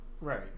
Right